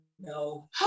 no